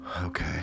Okay